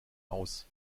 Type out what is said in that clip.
aus